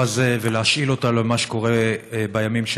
הזה ולשאול אותו למה שקורה לנו בימים,